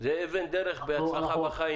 זאת אבן דרך להצלחה בחיים.